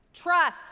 Trust